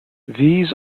these